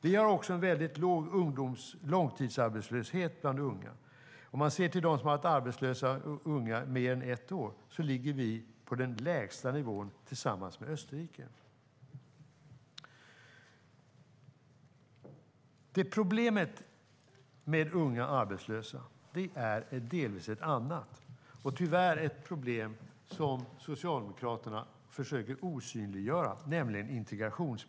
Vi har en mycket låg långtidsarbetslöshet bland unga. Om vi ser till de unga som varit arbetslösa mer än ett år visar det sig att vi tillsammans med Österrike ligger på den lägsta nivån. Problemet med unga arbetslösa är delvis ett annat. Tyvärr är det ett problem som Socialdemokraterna försöker osynliggöra, nämligen integrationen.